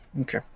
Okay